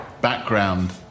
background